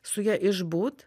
su ja išbūt